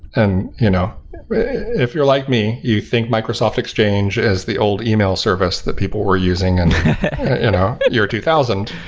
and you know if you're like me, you think microsoft exchange is the old email service that people were using in and you know year two thousand,